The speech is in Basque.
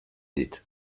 dit